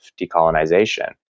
decolonization